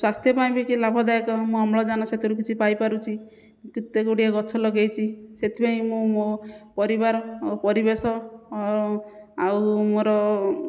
ସ୍ୱାସ୍ଥ୍ୟ ପାଇଁ ବି କିଏ ଲାଭଦାୟକ ମୁଁ ଅମ୍ଳଜାନ ସେଥିରୁ କିଛି ପାଇ ପାରୁଛି କେତେ ଗୁଡ଼ିଏ ଗଛ ଲଗାଇଛି ସେଥିପାଇଁ ମୁଁ ମୋ ପରିବାର ଆଉ ପରିବେଶ ଆଉ ଆଉ ମୋର